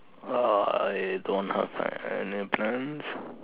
I don't have any plans